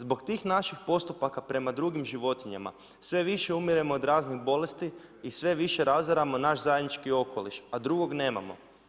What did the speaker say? Zbog tih naših postupaka prema drugima životinjama, sve više umiremo od raznih bolesti i sve više razaramo naš zajednički okoliš, a drugog nemamo.